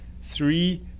three